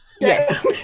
Yes